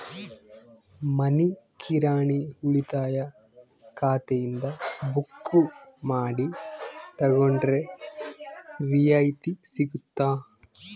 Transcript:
ಮನಿ ಕಿರಾಣಿ ಉಳಿತಾಯ ಖಾತೆಯಿಂದ ಬುಕ್ಕು ಮಾಡಿ ತಗೊಂಡರೆ ರಿಯಾಯಿತಿ ಸಿಗುತ್ತಾ?